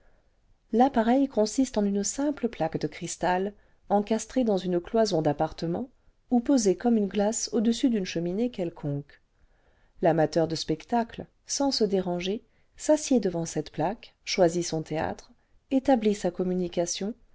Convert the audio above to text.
l'appareii consiste en une simple plaque de cristal encastrée dans une cloison d'appartement ou posée comme une glace au-dessus d'une cheminée quelconque l'amateur de spectacle sans se déranger s'assied devant cette plaque choisit son théâtre établit sa communication